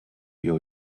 your